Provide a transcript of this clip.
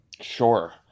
sure